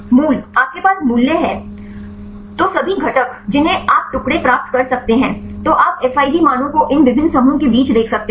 मूल आपके पास मूल्य हैं तो सभी घटक जिन्हें आप टुकड़े प्राप्त कर सकते हैं तो आप Fij मानों को इन विभिन्न समूहों के बीच देख सकते हैं